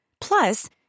Plus